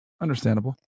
Understandable